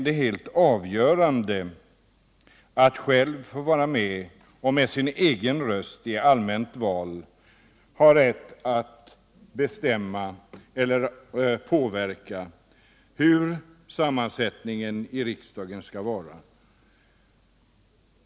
Det helt avgörande är att man själv med sin egen röst i allmänt val har rätt att vara med och avgöra riksdagens sammansättning.